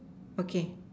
okay